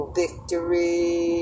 victory